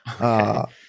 Okay